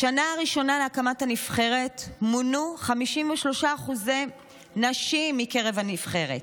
בשנה הראשונה להקמת הנבחרת מונו 53% נשים מקרב הנבחרת,